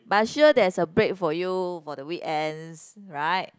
but sure there is a break for you for the weekends right